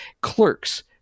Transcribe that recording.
Clerks